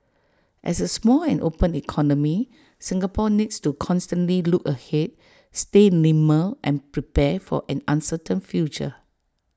as A small and open economy Singapore needs to constantly look ahead stay nimble and prepare for an uncertain future